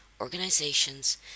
organizations